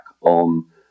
on